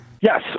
Yes